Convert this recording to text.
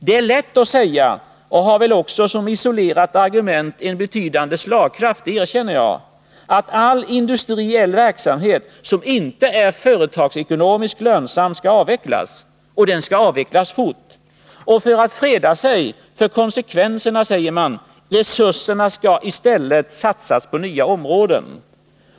Det är lätt att säga — och har väl också som isolerat argument en betydande slagkraft, det erkänner jag — att all industriell verksamhet som inte är företagsekonomiskt lönsam skall avvecklas, och den skall avvecklas fort. För att freda sig för konsekvenserna säger man: Resurserna skall i stället satsas på nya områden.